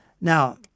now